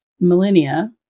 millennia